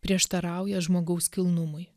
prieštarauja žmogaus kilnumui